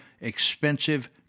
expensive